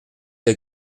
les